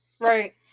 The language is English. Right